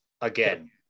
Again